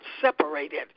separated